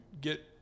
get